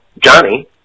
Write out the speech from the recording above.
Johnny